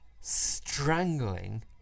strangling